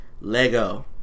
Lego